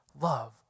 love